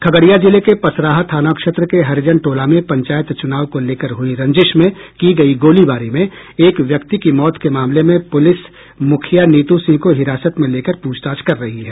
खगड़िया जिले के पसराहा थाना क्षेत्र के हरिजन टोला में पंचायत चुनाव को लेकर हुई रंजिश में की गयी गोलीबारी में एक व्यक्ति की मौत के मामले में पुलिस मुखिया नीतू सिंह को हिरासत में लेकर पूछताछ कर रही है